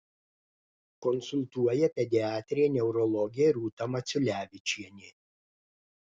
konsultuoja pediatrė neurologė rūta maciulevičienė